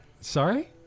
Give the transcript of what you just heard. Sorry